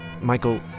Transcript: Michael